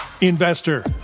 investor